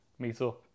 meetup